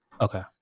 Okay